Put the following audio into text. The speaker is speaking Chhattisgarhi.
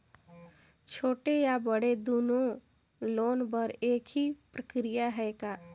छोटे या बड़े दुनो लोन बर एक ही प्रक्रिया है का?